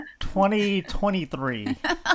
2023